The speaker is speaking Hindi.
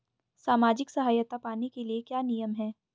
सामाजिक सहायता पाने के लिए क्या नियम हैं?